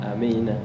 Amen